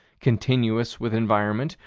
continuous with environment,